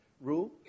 rule